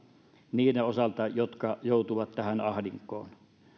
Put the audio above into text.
niiden osalta jotka joutuvat tähän ahdinkoon